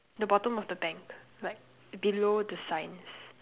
the bottom of the bank like below the signs